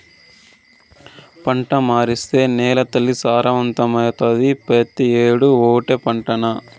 పంట మార్సేత్తే నేలతల్లి సారవంతమైతాది, పెతీ ఏడూ ఓటే పంటనా